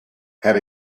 had